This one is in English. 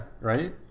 right